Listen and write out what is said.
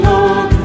Lord